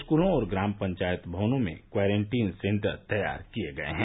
स्कूलों और ग्राम पंचायत भवनों में क्वारैंटीन सेंटर तैयार किए गए हैं